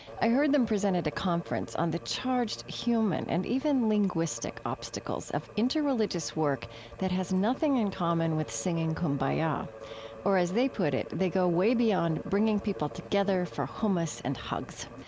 i heard them present at a conference on the charged human and even linguistic obstacles of interreligious work that has nothing in common with singing kumbaya. ah or as they put it, they go way beyond bringing people together for hummus and hugs.